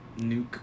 Nuke